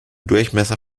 durchmesser